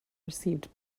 received